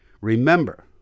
Remember